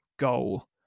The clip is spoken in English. goal